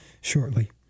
shortly